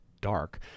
dark